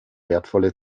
wertvolle